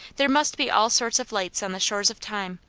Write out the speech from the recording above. there must be all sorts of lights on the shores of time!